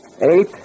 Eight